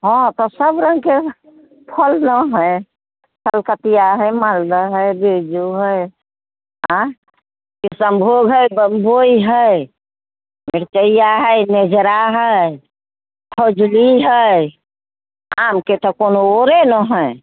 हँ तऽ सभ रङ्गके फल ने हय कलकतिआ हय मालदह हय बिज्जू हय किशनभोग हय बम्बइ हय मिरचैया हय मेघरा हय फजुली हय आमके तऽ कोनो ओरे नहि हय